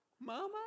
Mama